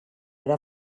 era